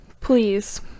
Please